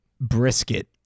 brisket